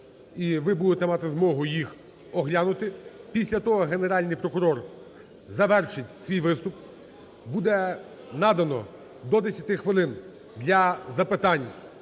і ви будете мати змогу їх оглянути. Після того Генеральний прокурор завершить свій виступ. Буде надано до 10 хвилин для запитань